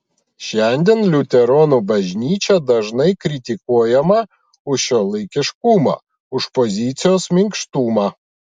šiandien liuteronų bažnyčia dažnai kritikuojama už šiuolaikiškumą už pozicijos minkštumą